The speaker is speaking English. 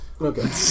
Okay